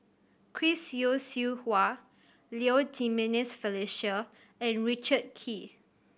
Chris Yeo Siew Hua Low Jimenez Felicia and Richard Kee